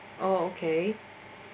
oh okay